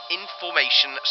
information